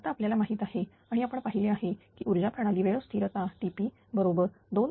आत्ता आपल्याला माहित आहे आणि आपण पाहिले कि ऊर्जा प्रणाली वेळ स्थिरता TP बरोबर 2Hf0D